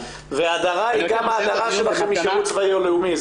וההדרה היא גם הדרה שלכם משירות צבאי או לאומי.